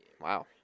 wow